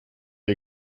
ihr